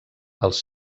els